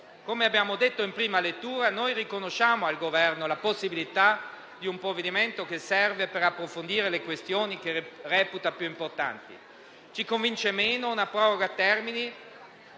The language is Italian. Come abbiamo detto in prima lettura, noi riconosciamo al Governo la possibilità di un provvedimento che serve per approfondire le questioni che reputa più importanti. Ci convince meno quando un proroga-termini